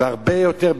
והרבה יותר,